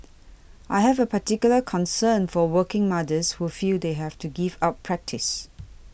I have a particular concern for working mothers who feel they have to give up practice